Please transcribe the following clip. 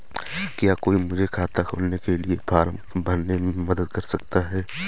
क्या कोई मुझे खाता खोलने के लिए फॉर्म भरने में मदद कर सकता है?